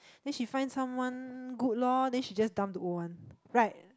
then she find someone good lor then she just dump the old one right